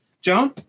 Joan